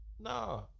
No